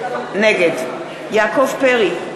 נגד יעקב פרי,